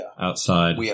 outside